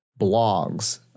blogs